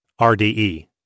RDE